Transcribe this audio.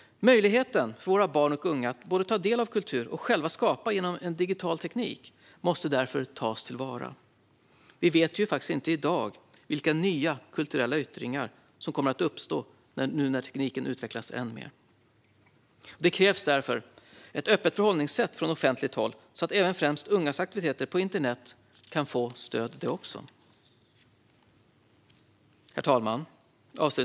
Möjligheten för våra barn och unga att både ta del av kultur och själva skapa genom digital teknik måste därför tas till vara. Vi vet ju inte i dag vilka nya kulturella yttringar som kommer att uppstå nu när tekniken utvecklas än mer. Det krävs därför ett öppet förhållningssätt från offentligt håll, så att även främst ungas aktiviteter på internet kan få stöd. Herr talman!